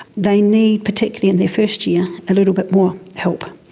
they need, particularly in their first year, a little bit more help.